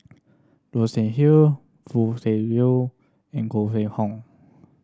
Goi Seng Hew Foo Tui Liew and Koh Mun Hong